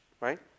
Right